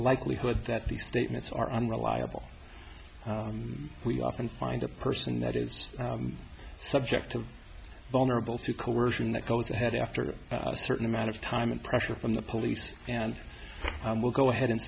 likelihood that these statements are unreliable we often find a person that is subjective vulnerable to coercion that goes ahead after a certain amount of time and pressure from the police and we'll go ahead and